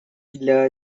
для